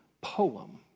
poem